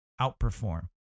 outperform